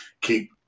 keep